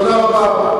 תודה רבה.